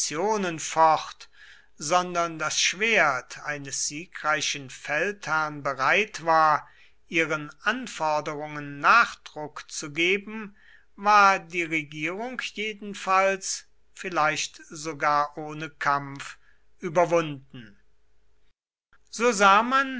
sondern das schwert eines siegreichen feldherrn bereit war ihren anforderungen nachdruck zu geben war die regierung jedenfalls vielleicht sogar ohne kampf überwunden